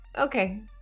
okay